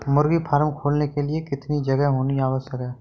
मुर्गी फार्म खोलने के लिए कितनी जगह होनी आवश्यक है?